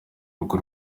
rugo